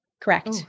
Correct